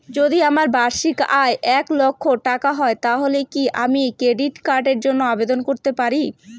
যদি আমার বার্ষিক আয় এক লক্ষ টাকা হয় তাহলে কি আমি ক্রেডিট কার্ডের জন্য আবেদন করতে পারি?